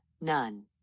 none